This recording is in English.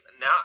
Now